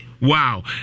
Wow